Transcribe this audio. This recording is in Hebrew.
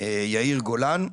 יאיר גולן,